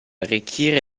arricchire